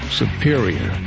superior